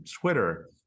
Twitter